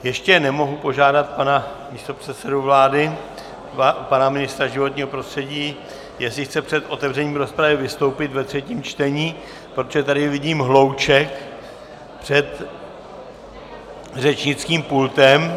Ještě nemohu požádat pana místopředsedu vlády, pana ministra životního prostředí, jestli chce před otevřením rozpravy vystoupit ve třetím čtení, protože tady vidím hlouček před řečnickým pultem.